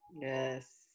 Yes